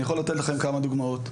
אני יכול לתת לכם כמה דוגמאות.